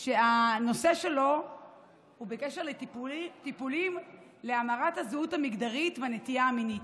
והנושא שלו הוא בקשר לטיפולים להמרת הזהות המגדרית והנטייה המינית.